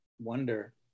wonder